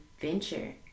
venture